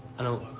i don't